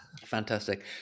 fantastic